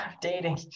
dating